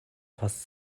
fast